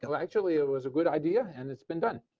actually it was a good idea and it's been done.